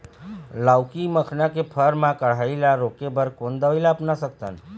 लाउकी मखना के फर मा कढ़ाई ला रोके बर कोन दवई ला अपना सकथन?